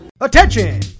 Attention